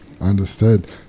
understood